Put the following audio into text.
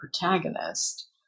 protagonist